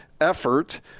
effort